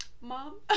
mom